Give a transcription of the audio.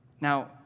Now